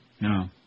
No